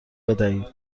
بدهید